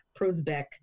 Prosbeck